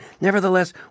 nevertheless